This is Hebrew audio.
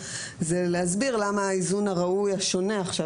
זה להסביר למה האיזון הראוי שונה עכשיו,